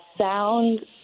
sound